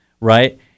right